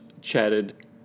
chatted